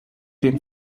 den